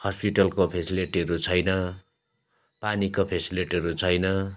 हस्पिटलको फ्यासलिटीहरू छैन पानीको फ्यासलिटीहरू छैन